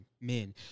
men